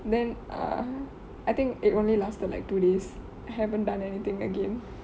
then err I think it only lasted like two days haven't done anything again